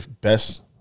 best